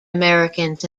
americans